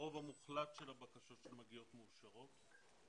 הרוב המוחלט של הבקשות שמגיעות מאושרות,